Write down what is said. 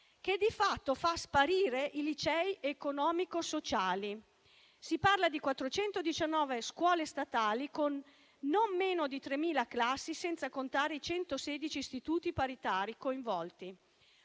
che di fatto fa sparire i licei economico-sociali. Si parla di 419 scuole statali con non meno di 3.000 classi, senza contare i 116 istituti paritari coinvolti.